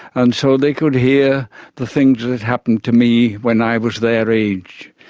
and so they could hear the things that happened to me when i was their age,